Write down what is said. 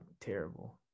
terrible